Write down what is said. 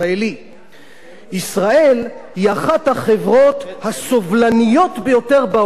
ישראל היא אחת החברות הסובלניות ביותר בעולם ללסביות,